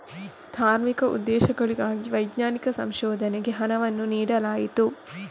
ಧಾರ್ಮಿಕ ಉದ್ದೇಶಗಳಿಗಾಗಿ ವೈಜ್ಞಾನಿಕ ಸಂಶೋಧನೆಗೆ ಹಣವನ್ನು ನೀಡಲಾಯಿತು